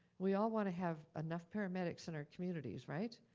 we all wanna have enough paramedics in our communities, right?